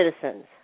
Citizens